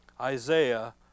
Isaiah